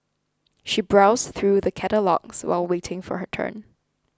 she browsed through the catalogues while waiting for her turn